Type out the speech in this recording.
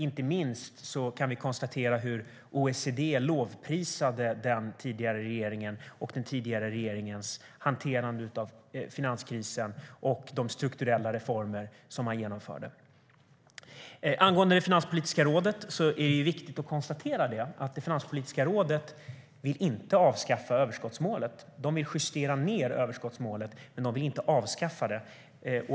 Inte minst kan vi konstatera hur OECD lovprisade den tidigare regeringen och den tidigare regeringens hanterande av finanskrisen och de strukturella reformer som man genomförde. Angående Finanspolitiska rådet är det viktigt att konstatera att Finanspolitiska rådet inte vill avskaffa överskottsmålet. Det vill justera ned överskottsmålet, men det vill inte avskaffa det.